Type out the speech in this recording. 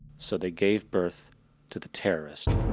so they gave birth to the terrorist.